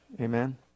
Amen